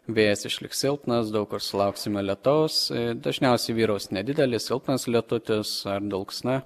vėjas išliks silpnas daug kur sulauksime lietaus dažniausiai vyraus nedidelis silpnas lietutis ar dulksna